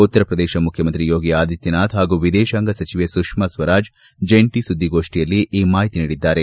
ಉತ್ತರ ಪ್ರದೇಶದ ಮುಖ್ಚಮಂತ್ರಿ ಯೋಗಿ ಆದಿತ್ತನಾಥ್ ಹಾಗೂ ವಿದೇಶಾಂಗ ಸಚಿವೆ ಸುಷ್ಣಾ ಸ್ವರಾಜ್ ಜಂಟ ಸುದ್ದಿಗೋಷ್ಟಿಯಲ್ಲಿ ಈ ಮಾಹಿತಿ ನೀಡಿದ್ದಾರೆ